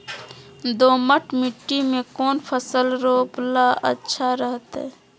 दोमट मिट्टी में कौन फसल रोपला से अच्छा रहतय?